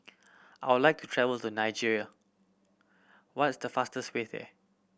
I would like to travel to Niger what is the fastest way there